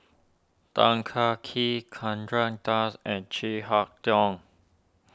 Tan Kah Kee Chandra Das and Chin Harn Tong